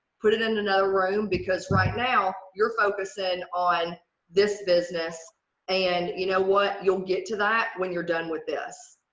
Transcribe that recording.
put it in another room because right now you're focusing on this business and you know what you'll get that when you're done with this.